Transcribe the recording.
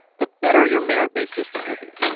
the better your merit-based system will be.